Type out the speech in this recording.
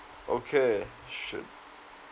okay should